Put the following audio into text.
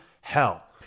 hell